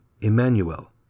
Emmanuel